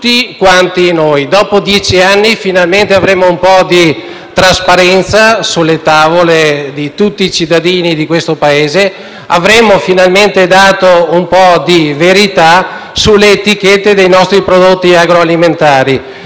tutti quanti noi. Dopo dieci anni, finalmente, avremo un po' di trasparenza sulle tavole di tutti i cittadini del Paese e avremo dato un po' di verità sulle etichette dei nostri prodotti agroalimentari.